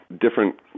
different